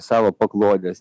savo paklodes